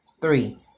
three